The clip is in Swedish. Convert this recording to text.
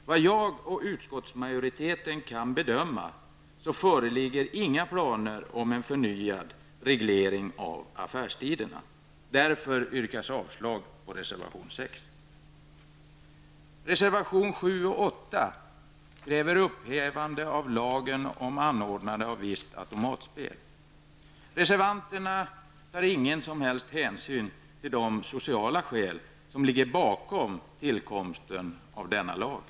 Såvitt jag och utskottsmajoriteten kan bedöma föreligger inga planer om en förnyad reglering av affärstiderna. Därför yrkar jag avslag på reservation 6. Reservanterna tar ingen som helst hänsyn till de sociala skäl som ligger bakom tillkomsten av denna lag.